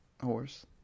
horse